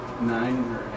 nine